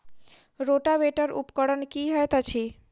Rotavator उपकरण की हएत अछि?